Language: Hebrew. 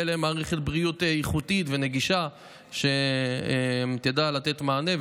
להם מערכת בריאות איכותית ונגישה שתדע לתת מענה.